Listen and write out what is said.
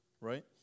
right